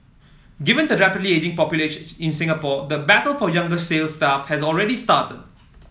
given the rapidly ageing population in Singapore the battle for younger sale staff has already started